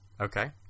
okay